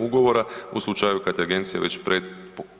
Ugovora u slučaju kada je Agencija već